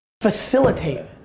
Facilitate